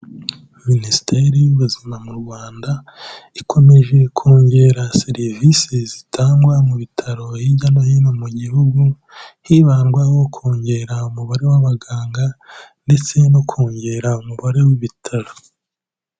Minisiteri y'ubuzima mu Rwanda, ikomeje kongera serivisi zitangwa mu bitaro hirya no hino mu gihugu, hibandwaho kongera umubare w'abaganga ndetse no kongera umubare w'ibitaro.